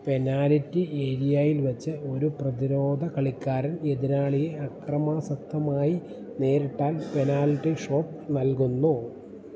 penalty ഏരിയായിൽ വെച്ച് ഒരു പ്രതിരോധകളിക്കാരൻ എതിരാളിയെ അക്രമാസക്തമായി നേരിട്ടാൽ പെനാല്റ്റി ഷോട്ട് നൽകുന്നു